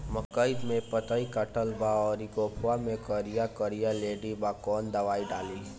मकई में पतयी कटल बा अउरी गोफवा मैं करिया करिया लेढ़ी बा कवन दवाई डाली?